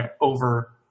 over